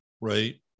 Right